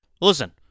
Listen